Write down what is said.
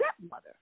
stepmother